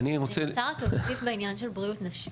אני רוצה רק להוסיף לעניין של בריאות נשים.